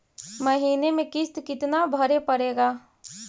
महीने में किस्त कितना भरें पड़ेगा?